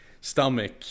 stomach